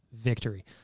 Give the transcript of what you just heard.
victory